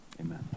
Amen